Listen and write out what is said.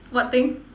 what thing